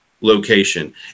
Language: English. location